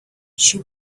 she